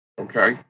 Okay